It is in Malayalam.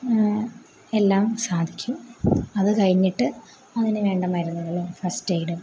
എല്ലാം സാധിക്കും അത് കഴിഞ്ഞിട്ട് അതിന് വേണ്ട മരുന്നുകളും ഫർസ്റ്റ് എയ്ഡും